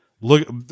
Look